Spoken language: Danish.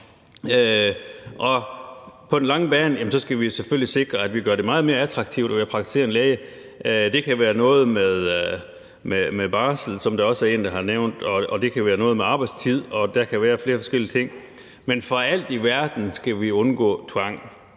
på den lange bane skal vi selvfølgelig sikre, at vi gør det meget mere attraktivt at være praktiserende læge; det kan være noget med barsel, som der også er en, der har nævnt, og det kan være noget med arbejdstid. Der kan være flere forskellige ting, men for alt i verden skal vi undgå tvang.